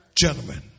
gentlemen